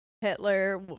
Hitler